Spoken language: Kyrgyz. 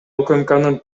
укмкнын